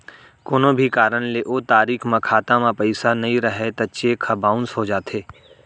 कोनो भी कारन ले ओ तारीख म खाता म पइसा नइ रहय त चेक ह बाउंस हो जाथे